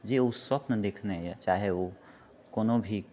जे ओ स्वप्न देखने यऽ चाहे कोनो भी